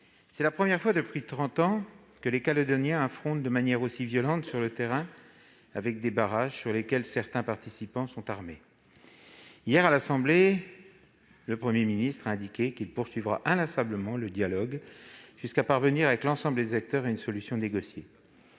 C'est la première fois depuis trente ans que les Calédoniens s'affrontent de manière aussi violente sur le terrain, avec des barrages sur lesquels certains participants sont armés. Hier, à l'Assemblée nationale, le Premier ministre a indiqué qu'il poursuivrait « inlassablement le dialogue [...] jusqu'à parvenir, avec l'ensemble des acteurs, à une solution négociée.